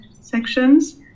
sections